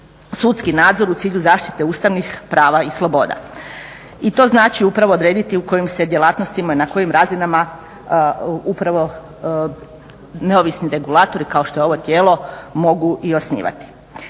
sudski nadzor u cilju zaštite ustavnih prava i sloboda. I to znači upravo odrediti u kojim se djelatnostima, na kojim razinama upravo neovisni regulatori kao što je ovo tijelo, mogu i osnivati.